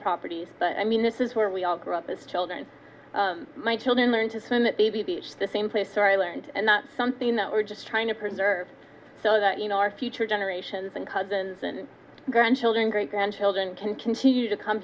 properties but i mean this is where we all grew up as children my children learn to swim at the beach the same place so i learned not something that we're just trying to preserve so that you know our future generations and cousins and grandchildren great grandchildren can continue to come